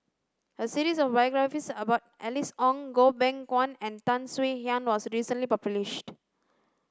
a series of biographies about Alice Ong Goh Beng Kwan and Tan Swie Hian was recently published